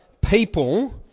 people